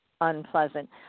unpleasant